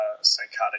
psychotic